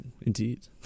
indeed